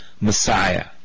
Messiah